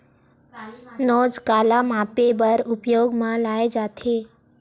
नोच काला मापे बर उपयोग म लाये जाथे?